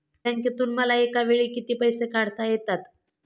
बँकेतून मला एकावेळी किती पैसे काढता येतात?